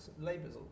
Labour's